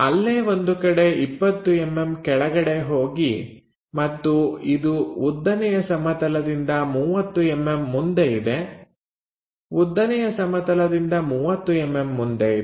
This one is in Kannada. ಅಲ್ಲೇ ಒಂದು ಕಡೆ 20mm ಕೆಳಗೆ ಹೋಗಿ ಮತ್ತು ಇದು ಉದ್ದನೆಯ ಸಮತಲದಿಂದ 30mm ಮುಂದೆ ಇದೆ ಉದ್ದನೆಯ ಸಮತಲದಿಂದ 30mm ಮುಂದೆ ಇದೆ